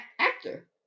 actor